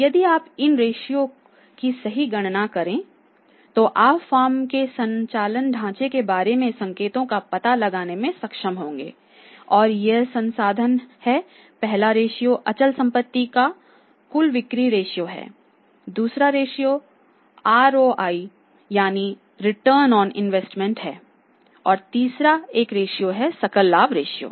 यदि आप इन रेश्यो की सही गणना करते हैं तो आप फर्म के संचालन ढांचे के बारे में संकेतों का पता लगाने में सक्षम होंगे और ये संसाधन हैं पहला रेश्यो अचल संपत्ति का कुल बिक्री रेश्यो है दूसरा रेश्यो आरओआई है और तीसरा एक रेश्यो है सकल लाभ रेश्यो